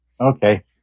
okay